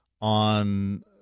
on